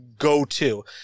go-to